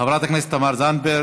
חברת הכנסת תמר זנדברג,